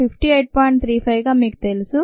35 గా మీకు తెలుసు